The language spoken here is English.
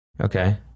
Okay